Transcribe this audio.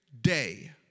day